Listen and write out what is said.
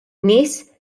nies